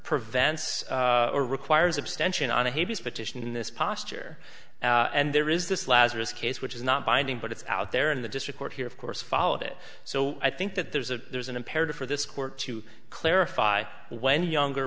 prevents or requires abstention on a petition this posture and there is this lazarus case which is not binding but it's out there in the district court here of course followed it so i think that there's a there's an imperative for this court to clarify when younger